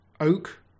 oak